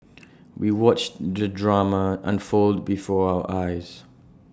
we watched the drama unfold before our eyes